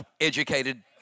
educated